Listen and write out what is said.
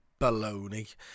baloney